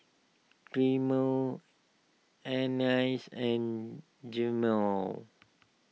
Carmel Anice and Jemal